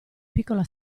piccola